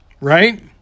Right